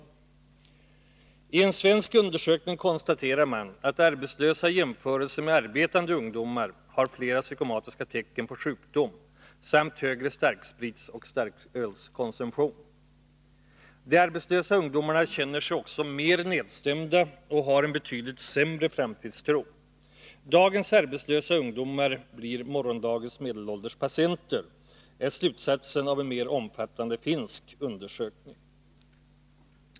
I en svensk undersökning konstaterar man att arbetslösa ungdomar i jämförelse med arbetande ungdomar har fler psykosomatiska tecken på sjukdom och högre starkspritsoch starkölskonsumtion. De arbetslösa ungdomarna känner sig också mer nedstämda och har en betydligt sämre framtidstro. ”Dagens arbetslösa ungdomar blir morgondagens medelålders patienter”, är slutsatsen av en mer omfattande finsk undersökning.